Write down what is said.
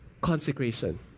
consecration